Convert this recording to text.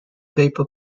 paper